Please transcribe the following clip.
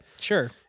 sure